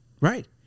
Right